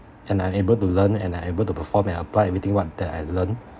and I'm able to learn and I'm able to perform and apply everything what that I learn